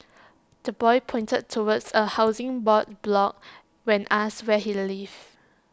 the boy pointed towards A Housing Board block when asked where he lived